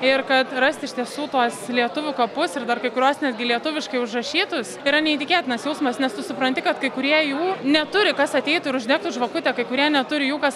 ir kad rast iš tiesų tuos lietuvių kapus ir dar kai kuriuos netgi lietuviškai užrašytus yra neįtikėtinas jausmas nes tu supranti kad kai kurie jų neturi kas ateitų ir uždegtų žvakutę kai kurie neturi jų kas